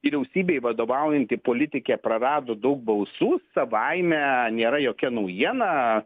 vyriausybei vadovaujanti politikė prarado daug balsų savaime nėra jokia naujiena